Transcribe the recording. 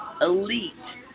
elite